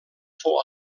fou